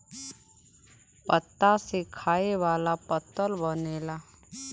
पत्ता से खाए वाला पत्तल बनेला